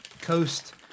coast